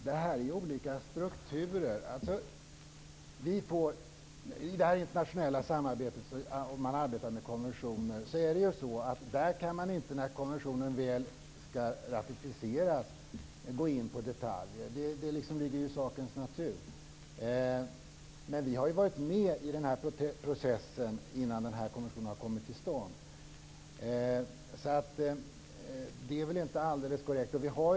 Fru talman! Det är olika strukturer i det internationella samarbetet om konventioner. När en konvention väl skall ratificeras kan man inte gå in på detaljer. Det ligger i sakens natur. Vi har varit med i den här processen innan konventionen kom till stånd. Det är väl inte alldeles korrekt beskrivning här.